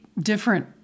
different